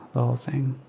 the whole thing